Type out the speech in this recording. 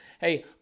Hey